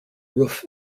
roof